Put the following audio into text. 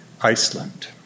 Iceland